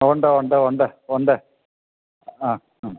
ഉണ്ട് ഉണ്ട് ഉണ്ട് ഉണ്ട് ആ മ്